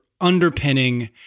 underpinning